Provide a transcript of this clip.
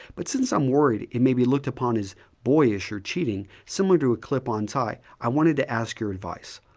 but since i'm worried it may be looked upon as boyish or cheating similar to a clip-on tie, i wanted to ask your advice.